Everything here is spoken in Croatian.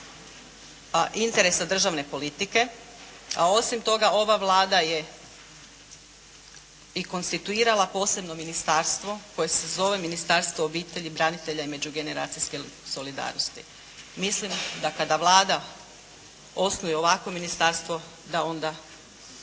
interesu državne politike, a osim toga ova Vlada je i konstituirala posebno Ministarstvo koje se zove Ministarstvo obitelji, branitelja i međugeneracijske solidarnosti. Mislim da kada Vlada osnuje ovakvo ministarstvo da onda